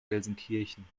gelsenkirchen